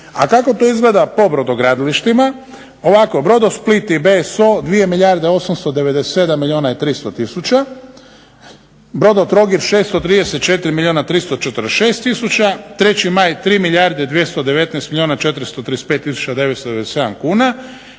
A kako to izgleda po brodogradilištima?